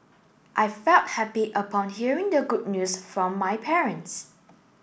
I felt happy upon hearing the good news from my parents